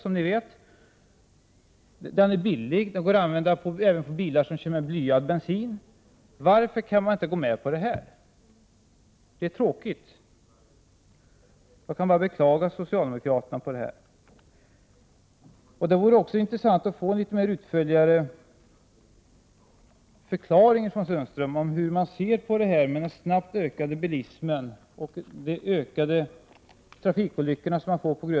Den här metoden är billig, och den går att använda även på bilar som kör med blyad bensin. Varför kan man inte gå med på det? Det är tråkigt. Jag kan bara beklaga socialdemokraterna inte går med på detta. Det vore intressant att få en litet mer utförlig förklaring från Sundström om hur man ser på den snabbt ökande bilismen och det ökade antal trafikolyckor som den för med sig.